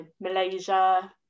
malaysia